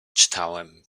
czytałem